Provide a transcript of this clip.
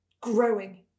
growing